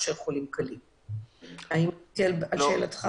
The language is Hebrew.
האם עניתי לשאלתך?